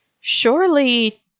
surely